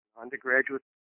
undergraduate